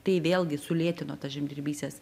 tai vėlgi sulėtino tą žemdirbystės